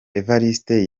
evariste